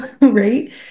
right